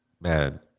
man